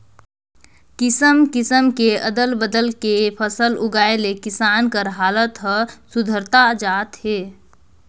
किसम किसम के अदल बदल के फसल उगाए ले किसान कर हालात हर सुधरता जात हे